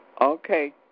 okay